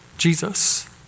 Jesus